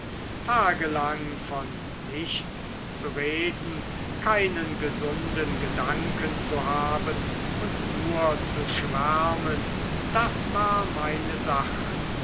tagelang von nichts zu reden keinen gesunden gedanken zu haben und nur zu schwärmen das war meine sache